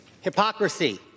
hypocrisy